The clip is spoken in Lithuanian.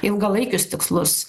ilgalaikius tikslus